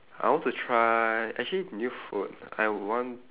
I want to try actually new food I want